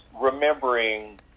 remembering